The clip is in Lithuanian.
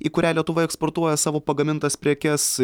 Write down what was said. į kurią lietuva eksportuoja savo pagamintas prekes